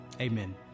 Amen